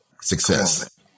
success